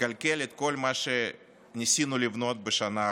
לקלקל את כל מה שניסינו לבנות בשנה האחרונה.